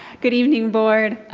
good evening board,